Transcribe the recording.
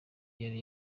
yari